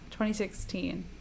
2016